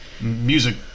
music